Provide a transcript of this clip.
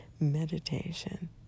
meditation